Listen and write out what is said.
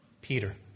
Peter